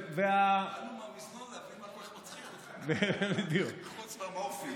באנו מהמזנון להבין מה כל כך מצחיק אותך חוץ מהמורפיום.